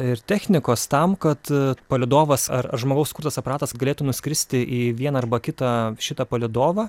ir technikos tam kad palydovas ar žmogaus kurtas aparatas galėtų nuskristi į vieną arba kitą šitą palydovą